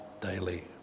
daily